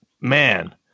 Man